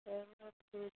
चलो ठीक